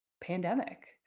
pandemic